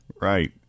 Right